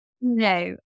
No